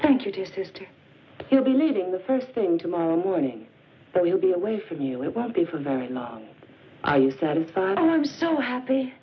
thank you to sister you'll be needing the first thing tomorrow morning but we'll be away from you it won't be for very long are you satisfied and i'm so happy